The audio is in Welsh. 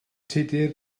tudur